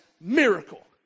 miracle